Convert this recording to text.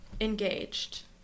Engaged